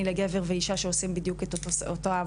לגבר ואישה שעושים בדיוק את אותו העבודה.